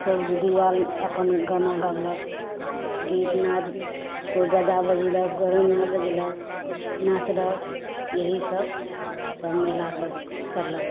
सब दीदी आएल अपन गाना गाओलक गीत नाद केओ बाजा बजेलक हरमुनियाँ बजेलक नाँचलक इहए सब सब महिला सब करलक